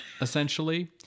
essentially